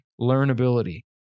learnability